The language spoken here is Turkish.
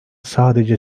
sadece